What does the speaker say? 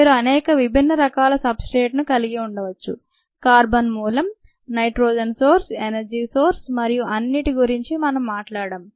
మీరు అనేక విభిన్నరకాల సబ్ స్ట్రేట్ను కలిగి ఉండవచ్చు కార్బన్ మూలం నైట్రోజన్ సోర్స్ ఎనర్జీ సోర్స్ మరియు అన్ని గురించి మనము మాట్లాడాము